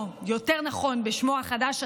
בשמו החדש,